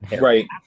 Right